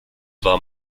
war